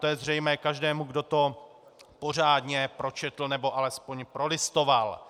To je zřejmé každému, kdo to pořádně pročetl nebo alespoň prolistoval.